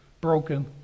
broken